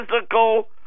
physical